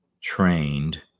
trained